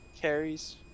carries